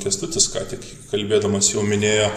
kęstutis ką tik kalbėdamas jau minėjo